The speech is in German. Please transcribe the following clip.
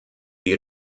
die